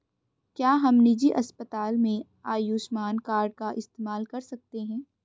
क्या हम निजी अस्पताल में आयुष्मान कार्ड का इस्तेमाल कर सकते हैं?